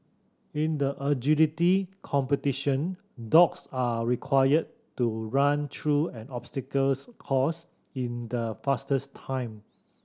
in the agility competition dogs are required to run through an obstacles course in the fastest time